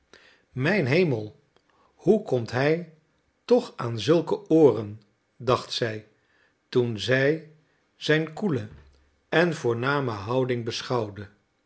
mijn hemel hoe komt hij toch aan zulke ooren dacht zij toen zij zijn koele en voorname houding beschouwde